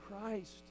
Christ